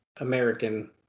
American